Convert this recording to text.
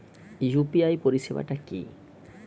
UPI পরিসেবাটা কি?